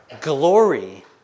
glory